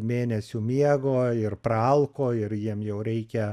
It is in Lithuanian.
mėnesių miego ir praalko ir jiems jau reikia